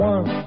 One